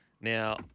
Now